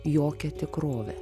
jokia tikrove